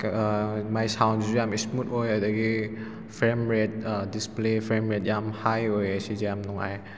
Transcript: ꯃꯥꯏ ꯁꯥꯎꯟꯁꯤꯁꯨ ꯌꯥꯝ ꯏꯁꯃꯨꯊ ꯑꯣꯏ ꯑꯗꯒꯤ frame rate display frame rate ꯌꯥꯝ ꯍꯥꯏ ꯑꯣꯏꯌꯦ ꯁꯤꯁꯦ ꯌꯥꯝ ꯅꯨꯡꯉꯥꯏ